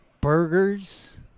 burgers